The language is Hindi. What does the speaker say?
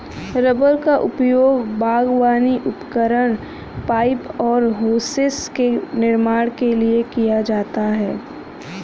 रबर का उपयोग बागवानी उपकरण, पाइप और होसेस के निर्माण के लिए किया जाता है